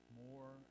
more